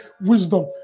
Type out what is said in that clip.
wisdom